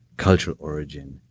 cultural origin,